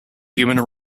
human